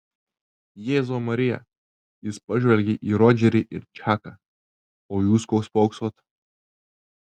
jėzau marija jis pažvelgė į rodžerį ir čaką o jūs ko spoksot